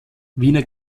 wiener